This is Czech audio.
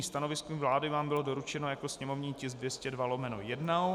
Stanovisko vlády vám bylo doručeno jako sněmovní tisk 202/1.